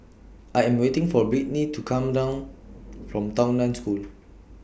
I Am waiting For Brittnee to Come down from Tao NAN School